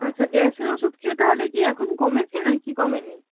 আচ্ছা গ্যাসের ওষুধ খেয়ে তাহলে কি এখন কমেছে নাকি কমে নি